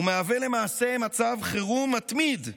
ומהווה למעשה מצב חירום מתמיד,